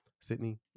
Sydney